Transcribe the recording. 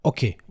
Okay